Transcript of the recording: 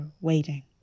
waiting